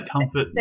comfort